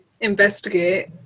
investigate